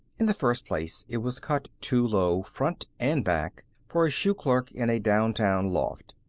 in the first place, it was cut too low, front and back, for a shoe clerk in a downtown loft.